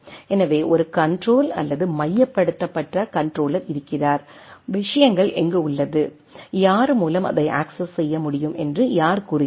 எனவே ஒரு கண்ட்ரோல் அல்லது மையப்படுத்தப்பட்ட கண்ட்ரோலர் இருக்கிறார் விஷயங்கள் எங்கு உள்ளது யாரு மூலம் அதை அக்சஸ் செய்ய முடியும் என்று யார் கூறுகிறார்கள்